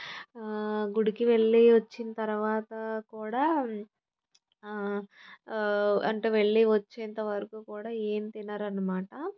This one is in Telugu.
గుడికి వెళ్ళి వచ్చిన తర్వాత కూడా అంటే వెళ్ళి వచ్చేంతవరకు కూడా ఏం తినరు అన్నమాట